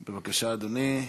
בבקשה, אדוני.